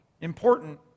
important